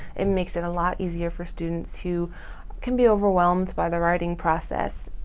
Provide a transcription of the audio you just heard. it makes it a lot easier for students who can be overwhelmed by the writing process.